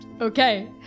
Okay